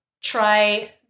try